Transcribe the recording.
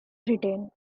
britain